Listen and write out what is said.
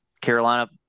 Carolina